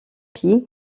pis